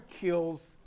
kills